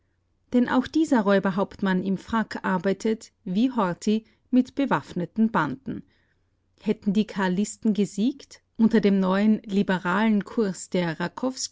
denn auch dieser räuberhauptmann im frack arbeitet wie horthy mit bewaffneten banden hätten die karlisten gesiegt unter dem neuen liberalen kurs der